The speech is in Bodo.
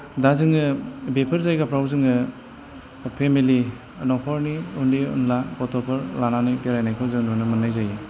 दा जोङो बेफोर जायगाफ्राव जोङो फेमिलि नखरनि उन्दै उनला गथ'फोर लानानै बेरायनायखौ जों नुनो मोन्नाय जायो